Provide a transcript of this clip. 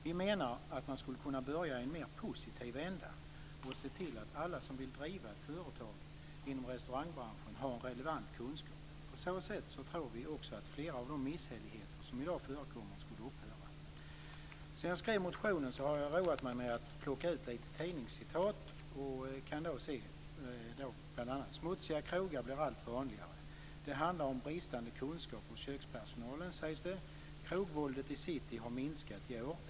Vi menar att man skulle kunna börja i en mer positiv ända och se till att alla som vill driva ett företag inom restaurangbranschen har relevant kunskap. På samma sätt tror vi också att flera av de misshälligheter som i dag förekommer skulle upphöra. Sedan jag skrev motionen har jag roat mig med att plocka fram några tidningsurklipp. Här kan man bl.a. se: Smutsiga krogar blir allt vanligare. Det handlar om bristande kunskap hos kökspersonalen, sägs det. Krogvåldet i city har minskat i år.